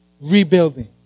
rebuilding